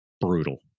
brutal